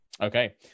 Okay